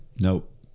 nope